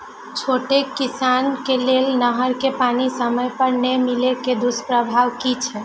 छोट किसान के लेल नहर के पानी समय पर नै मिले के दुष्प्रभाव कि छै?